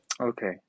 Okay